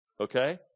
Okay